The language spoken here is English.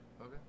Okay